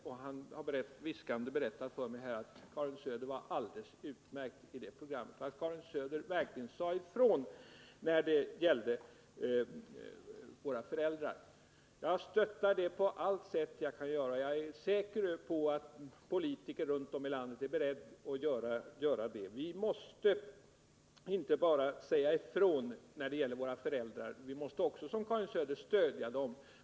Och han har viskande berättat för mig att Karin Söder var alldeles utmärkt i det programmet och att hon verkligen sade ifrån när det gäller våra föräldrar. Jag stöttar det på allt sätt, och jag är säker på att politiker runt om i landet är beredda att göra detsamma. Vi måste inte bara säga ifrån när det gäller våra föräldrar utan också, som Karin Söder, stötta dem.